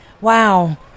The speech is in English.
Wow